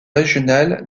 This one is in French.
régional